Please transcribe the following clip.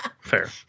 Fair